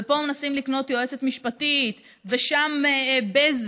ופה מנסים לקנות יועצת משפטית ושם בזק,